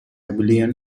abelian